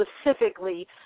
specifically